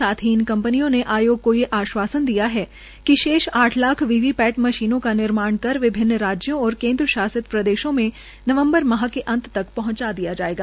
साथ ही दोनों कंपनियों ने आयोग को ये आश्वासन दिया है कि शेष आठ लाख वी वी पैट मशीनों का निर्माण कर विभिन्न राज्यों और केन्द्र शासित प्रदेशों में नवम्बर माह के अंत तक पहंचा दिया जायेगा